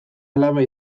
alaba